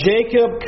Jacob